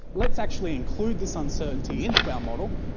let's actually include this uncertainty into our model,